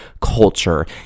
culture